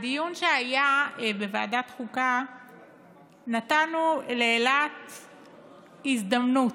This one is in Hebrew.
בדיון שהיה בוועדת חוקה נתנו לאילת הזדמנות.